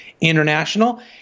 International